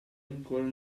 ancora